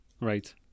Right